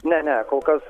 ne ne kol kas